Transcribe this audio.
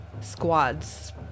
squads